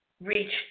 reach